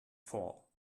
fall